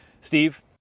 Steve